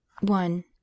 one